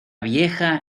vieja